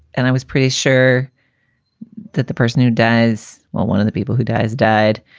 and i was pretty sure that the person who does well, one of the people who dies, died.